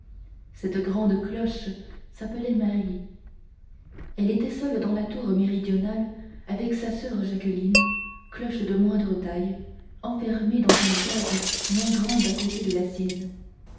cette grande cloche s'appelait marie elle était seule dans la tour méridionale avec sa soeur jacqueline cloche de moindre taille enfermée dans une cage moins grande à côté de la sienne